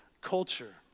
culture